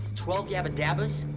twelve yabbadabbas?